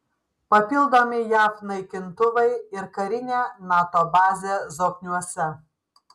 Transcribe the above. papildomi jav naikintuvai ir karinė nato bazė zokniuose